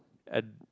at